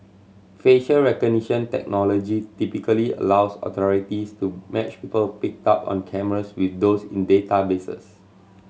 facial recognition technology typically allows authorities to match people picked up on cameras with those in databases